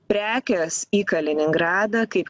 prekės į kaliningradą kaip